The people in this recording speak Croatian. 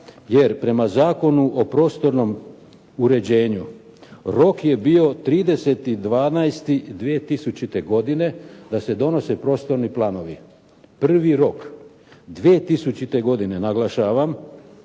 jer prema Zakonu o prostornom uređenju, rok je bio 30. 12. 2000. godine da se donose prostorni planovi. Prvi rok 2000. godine naglašavam.